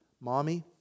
Mommy